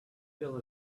feel